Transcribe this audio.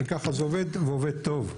ככה זה עובד ועובד טוב.